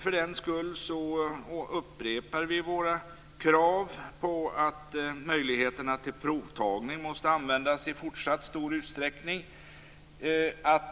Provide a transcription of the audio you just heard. För den skull upprepar vi våra krav på att möjligheterna till provtagning måste användas i fortsatt stor utsträckning.